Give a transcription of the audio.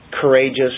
courageous